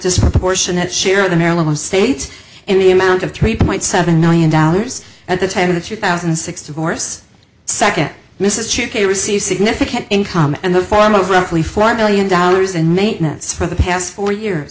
disproportionate share of the maryland states in the amount of three point seven million dollars at the time of the three thousand and six divorce second mrs chip they received significant income and the form of roughly five million dollars and maintenance for the past four years